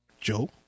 Joe